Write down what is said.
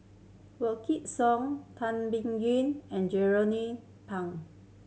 Wykidd Song Tan Biyun and Jernnine Pang